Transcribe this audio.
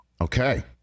Okay